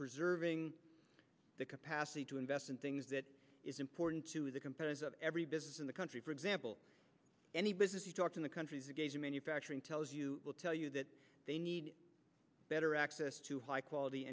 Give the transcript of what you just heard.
preserving the capacity to invest in things that is important to the composers of every business in the country for example any business you talk to the countries manufacturing tells you will tell you that they need better access to high quality